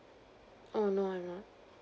oh no I'm not